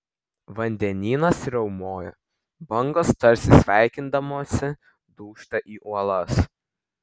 vandenynas riaumoja bangos tarsi sveikindamosi dūžta į uolas